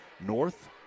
north